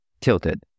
tilted